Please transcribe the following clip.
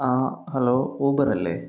ആ hello Uber അല്ലേ